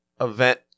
event